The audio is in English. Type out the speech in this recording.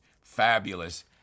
fabulous